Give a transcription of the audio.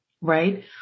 right